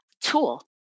tool